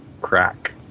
crack